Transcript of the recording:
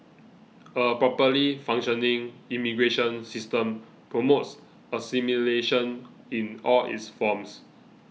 a properly functioning immigration system promotes assimilation in all its forms